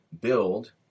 build